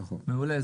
נכון.